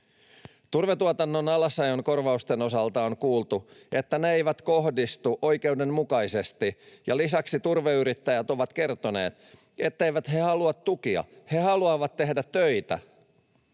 Turvetuotannon alasajon korvausten osalta on kuultu, että ne eivät kohdistu oikeudenmukaisesti, ja lisäksi turveyrittäjät ovat kertoneet, etteivät he halua tukia, he haluavat tehdä töitä.